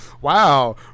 Wow